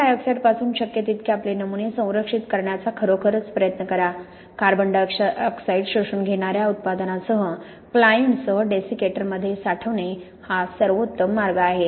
CO2 पासून शक्य तितके आपले नमुने संरक्षित करण्याचा खरोखर प्रयत्न करा CO2 शोषून घेणार्या उत्पादनासह क्लायंटसह डेसीकेटरमध्ये साठवणे हा सर्वोत्तम मार्ग आहे